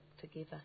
together